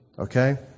okay